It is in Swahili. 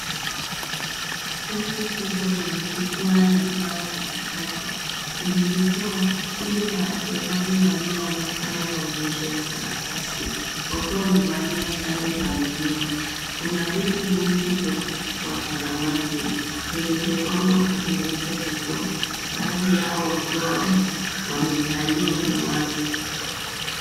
Kundi kubwa lenye jukwaa la mbao katikati .Kwenye jukwaa kundi la wachezaji wanne wanafanya maonyesho ya sarakasi wakiwa wamevalia sare za milia. Kuna viti vingi vya watazamaji vilivyopangwa kuzunguka jukwaa. Baadhi yao wakiwa wamekalia na watu.